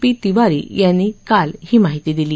P Tiwari यांनी काल ही माहिती दिली